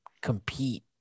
compete